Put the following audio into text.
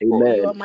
Amen